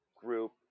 group